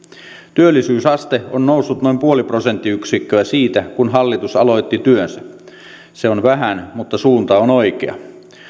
työllisyysaste on noussut noin nolla pilkku viisi prosenttiyksikköä siitä kun hallitus aloitti työnsä se on vähän mutta suunta on oikea